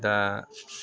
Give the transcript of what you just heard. दा